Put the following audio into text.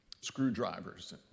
screwdrivers